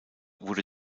wurde